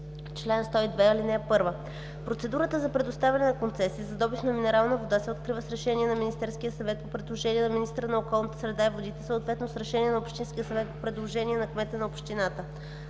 „Чл. 102. (1) Процедурата за предоставяне на концесия за добив на минерална вода се открива с решение на Министерския съвет по предложение на министъра на околната среда и водите, съответно с решение на Oбщинския съвет по предложение на кмета на общината.